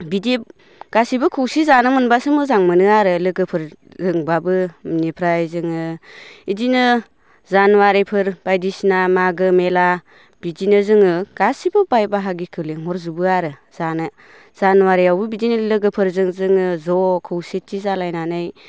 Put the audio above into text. बिदि गासिबो खौसे जानो मोनब्लासो मोजां मोनो आरो लोगोफोरजोंबाबो इनिफ्राय जोङो इदिनो जानुवारिफोर बायदिसिना मागो मेला बिदिनो जोङो गासिबो बाय बाहागिखो लिंहरजोबो आरो जानो जानुवारियावबो बिदिनो लोगोफोरजों जोङो ज' खौसेथि जालायनानै